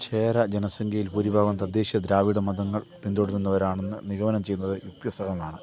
ചേര ജനസംഖ്യയിൽ ഭൂരിഭാഗവും തദ്ദേശീയ ദ്രാവിഡ മതങ്ങൾ പിന്തുടരുന്നവരാണെന്ന് നിഗമനം ചെയ്യുന്നത് യുക്തിസഹമാണ്